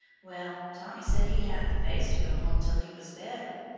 well, tommy said he hadn't the face to go home till he was better,